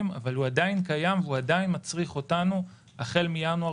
אבל הוא עדיין קיים והוא עדיין מצריך אותנו החל מינואר